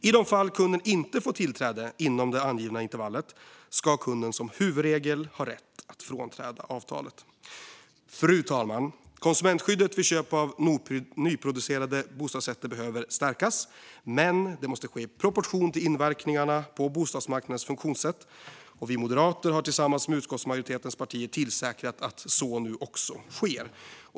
I de fall kunden inte får tillträde inom det angivna intervallet ska kunden som huvudregel ha rätt att frånträda avtalet. Fru talman! Konsumentskyddet vid köp av nyproducerade bostadsrätter behöver stärkas, men det måste ske i proportion till inverkningarna på bostadsmarknadens funktionssätt. Vi moderater har tillsammans med utskottsmajoritetens partier tillsäkrat att så nu också sker.